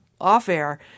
off-air